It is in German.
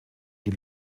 die